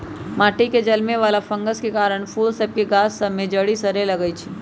माटि में जलमे वला फंगस के कारन फूल सभ के गाछ सभ में जरी सरे लगइ छै